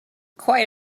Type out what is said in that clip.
quite